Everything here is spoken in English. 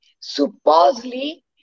Supposedly